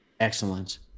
Excellence